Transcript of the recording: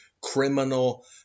criminal